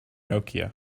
nokia